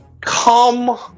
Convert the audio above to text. come